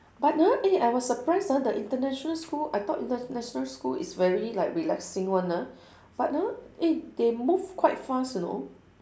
but ah eh I was surprised ah the international school I thought international school is very like relaxing one ah but ah eh they move quite fast you know